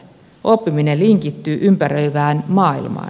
oppiminen linkittyy ympäröivään maailmaan